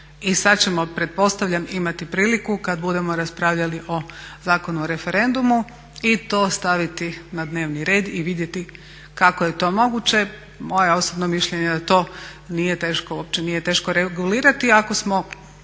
I sad ćemo pretpostavljam imati priliku kad budemo raspravljali o Zakonu o referendumu i to staviti na dnevni red i vidjeti kako je to moguće. Moje osobno mišljenje je da to nije teško regulirati ako smo